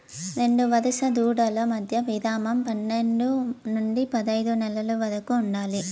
రెండు వరుస దూడల మధ్య విరామం పన్నేడు నుండి పదైదు నెలల వరకు ఉండాలి